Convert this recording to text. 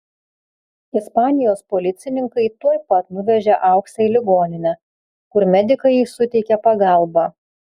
ispanijos policininkai tuoj pat nuvežė auksę į ligoninę kur medikai jai suteikė pagalbą